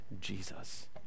Jesus